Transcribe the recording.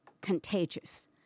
contagious